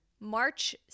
March